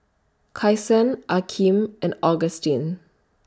Kyson Akeem and Agustin